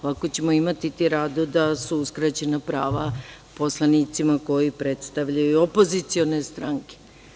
Ovako ćemo imati tiradu da su uskraćena prava poslanicima koji predstavljaju opozicione stranke.